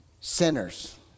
sinners